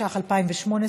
התשע"ח 2018,